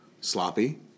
sloppy